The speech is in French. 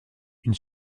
une